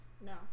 No